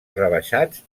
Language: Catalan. rebaixats